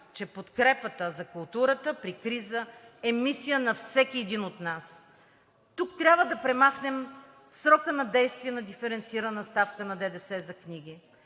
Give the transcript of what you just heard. че подкрепата за културата при криза е мисия на всеки един от нас. Тук трябва да премахнем срока на действие на диференцирана ставка на ДДС за книги,